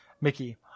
Mickey